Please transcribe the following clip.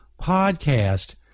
podcast